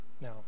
Now